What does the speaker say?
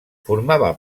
formava